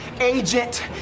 agent